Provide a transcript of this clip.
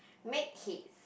make haste